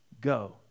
Go